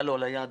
על היד